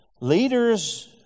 Leaders